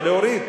להוריד.